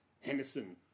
Henderson